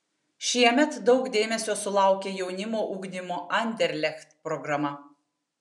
šiemet daug dėmesio sulaukė jaunimo ugdymo anderlecht programa